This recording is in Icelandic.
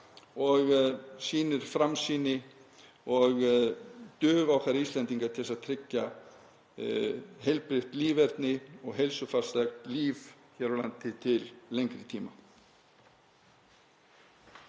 og sýni framsýni og dug okkar Íslendinga til að tryggja heilbrigt líferni og heilsusamlegt líf hér á landi til lengri tíma.